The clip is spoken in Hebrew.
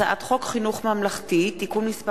הצעת חוק שירות המדינה (גמלאות) (תיקון מס'